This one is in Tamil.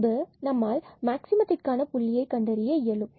பின்பு நம்மால் மாக்ஸிமத்திற்கான புள்ளியை கண்டறிய இயலும்